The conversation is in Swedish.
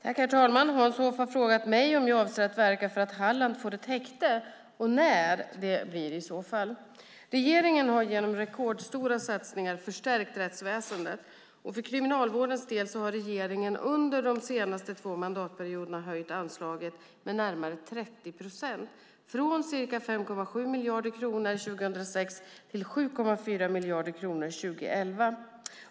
Herr talman! Hans Hoff har frågat mig om jag avser att verka för att Halland får ett häkte och när det i så fall blir. Regeringen har genom rekordstora satsningar förstärkt rättsväsendet. För Kriminalvårdens del har regeringen under de senaste två mandatperioderna höjt anslaget med närmare 30 procent, från ca 5,7 miljarder kronor 2006 till 7,4 miljarder kronor 2011.